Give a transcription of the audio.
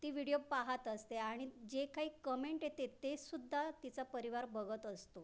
ती व्हिडीओ पाहत असते आणि जे काही कमेंट येते ते सुद्धा तिचा परिवार बघत असतो